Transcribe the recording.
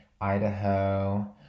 Idaho